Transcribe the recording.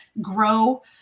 grow